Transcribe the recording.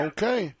Okay